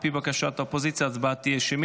על פי בקשת האופוזיציה, ההצבעה תהיה שמית.